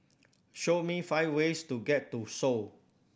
show me five ways to get to Seoul